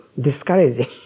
discouraging